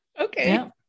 Okay